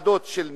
בוועדות של נכות,